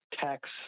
tax